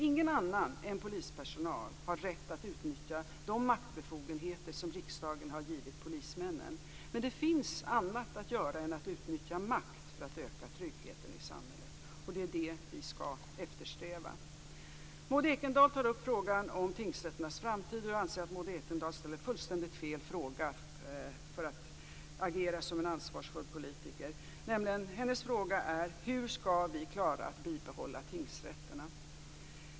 Ingen annan än polispersonal har rätt att utnyttja de maktbefogenheter som riksdagen har givit polismännen. Men det finns annat att göra än att utnyttja makt för att öka tryggheten i samhället, och det är det vi skall eftersträva. Maud Ekendahl tar upp frågan om tingsrätternas framtid. Jag anser att Maud Ekendahl ställer fullständigt fel fråga om hon vill agera som en ansvarsfull politiker. Hennes fråga är hur vi skall klara att bibehålla tingsrätterna.